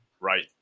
Right